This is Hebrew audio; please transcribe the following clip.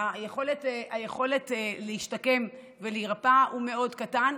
היכולת להשתקם ולהירפא היא מאוד קטנה,